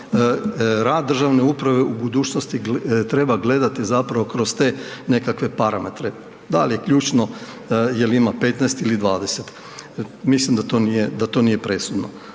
rad državne uprave u budućnosti treba gledati zapravo kroz te nekakve parametre. Da li je ključno, je li ima 15 ili 20. Mislim da to nije presudno.